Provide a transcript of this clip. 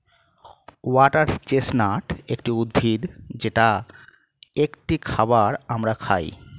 water chestnut একটি উদ্ভিদ যেটা একটি খাবার আমরা খাই